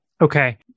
Okay